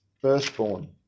Firstborn